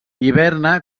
hiberna